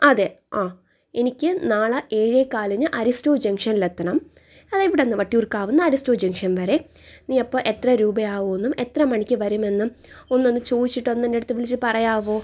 അതെ ആ എനിക്ക് നാളെ ഏഴേകാലിന് അരിസ്റ്റോ ജംഗ്ഷനിലെത്തണം അതെ ഇവിടെ നിന്ന് വറ്റിയൂർക്കാവിൽ നിന്ന് അരിസ്റ്റോ ജംഗ്ഷൻ വരെ നീ അപ്പോൾ എത്ര രൂപയാകുമെന്നും എത്ര മണിക്ക് വരുമെന്നും ഒന്ന് ചോദിച്ചിട്ട് ഒന്ന് എൻ്റെ അടുത്ത് വിളിച്ചിട്ട് പറയാമോ